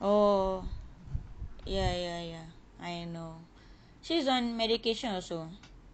oh ya ya ya I know she's on medication also